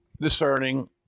discerning